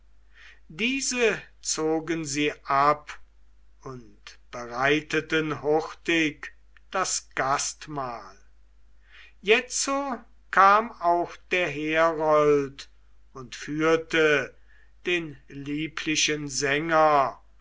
diese zogen sie ab und bereiteten hurtig das gastmahl jetzo kam auch der herold und führte den lieblichen sänger